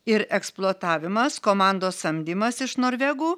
ir eksploatavimas komandos samdymas iš norvegų